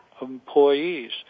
employees